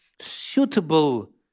suitable